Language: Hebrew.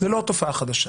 זו לא תופעה חדשה.